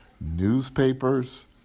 newspapers